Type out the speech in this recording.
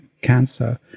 cancer